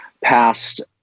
passed